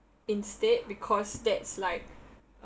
instead because that's like